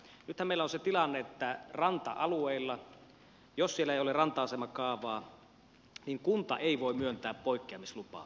nythän meillä on se tilanne että ranta alueilla jos siellä ei ole ranta asemakaavaa kunta ei voi myöntää poikkeamislupaa